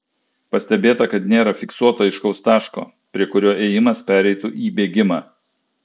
pastebėta kad nėra fiksuoto aiškaus taško prie kurio ėjimas pereitų į bėgimą